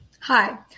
Hi